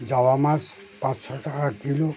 জাবা মাছ পাঁচশো টাকা কিলো